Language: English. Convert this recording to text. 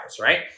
right